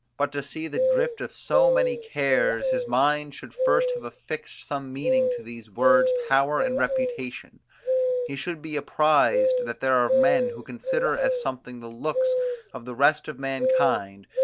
but to see the drift of so many cares, his mind should first have affixed some meaning to these words power and reputation he should be apprised that there are men who consider as something the looks of the rest of mankind,